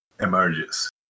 emerges